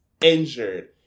injured